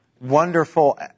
wonderful